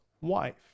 wife